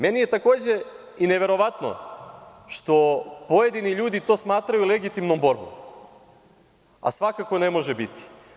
Meni je takođe i neverovatno što pojedini ljudi to smatraju legitimnom borbom, a svakako ne može biti.